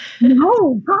No